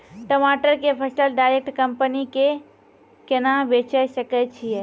टमाटर के फसल डायरेक्ट कंपनी के केना बेचे सकय छियै?